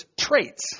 traits